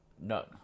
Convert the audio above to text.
No